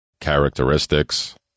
Characteristics